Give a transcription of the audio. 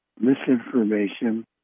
misinformation